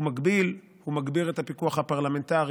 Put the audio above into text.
הוא מגביל, הוא מגביר את הפיקוח הפרלמנטרי.